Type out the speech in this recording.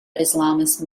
islamist